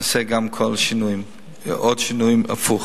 נעשה גם כל השינויים ועוד שינויים, הפוך,